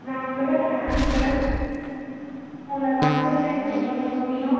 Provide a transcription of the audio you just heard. நான் உங்களோட fan girl உங்களை பார்த்ததுல எனக்கு ரொம்ப சந்தோஷம்